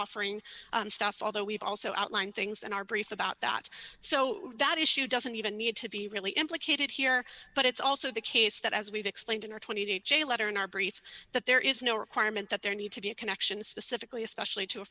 offering stuff although we've also outlined things in our brief about that so that issue doesn't even need to be really implicated here but it's also the case that as we've explained in our twenty eight dollars j letter in our brief that there is no requirement that there need to be a connection specifically especially to